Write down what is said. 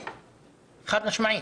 חד-משמעית,